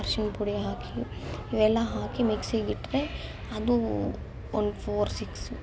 ಅರ್ಶಿನ ಪುಡಿ ಹಾಕಿ ಇವೆಲ್ಲ ಹಾಕಿ ಮಿಕ್ಸಿಗೆ ಇಟ್ಟರೆ ಅದು ಒಂದು ಫೋರ್ ಸಿಕ್ಸ್